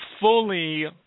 fully